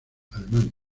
alemania